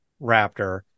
Raptor